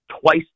twice